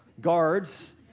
guards